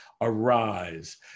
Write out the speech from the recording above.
Arise